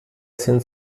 sind